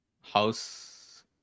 house